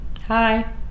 Hi